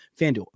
FanDuel